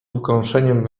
ukąszeniem